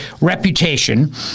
reputation